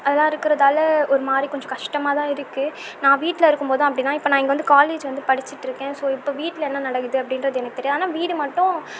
அதெல்லாம் இருக்கறதுனால் ஒரு மாதிரி கஷ்டமாக தான் இருக்குது நான் வீட்டில் இருக்கும்போது அப்படிதான் இப்போ நான் இங்கே வந்து காலேஜ் வந்து படித்துட்டிருக்கேன் ஸோ இப்போ வீட்டில் என்ன நடக்குது அப்படின்றது எனக்கு தெரியாது ஆனால் வீடு மட்டும்